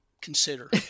consider